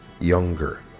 younger